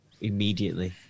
immediately